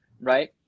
right